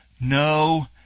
no